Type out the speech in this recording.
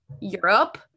Europe